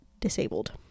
disabled